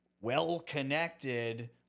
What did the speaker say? well-connected